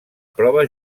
prova